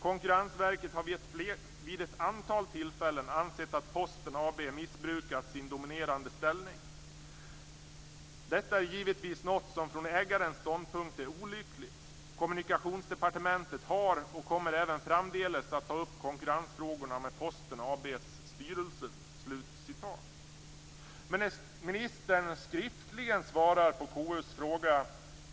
"Konkurrensverket har vid ett antal tillfällen ansett att Posten AB missbrukat sin dominerande ställning. Detta är givetvis något som från ägarens ståndpunkt är olyckligt. Kommunikationsdepartementet har och kommer även framdeles att ta upp konkurrensfrågorna med Posten AB:s styrelse."